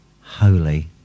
holy